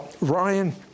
Ryan